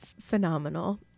phenomenal